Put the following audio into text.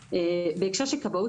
בהקשר של כבאות,